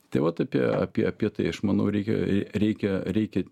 tai vat apie apie apie tai aš manau reikia reikia reikia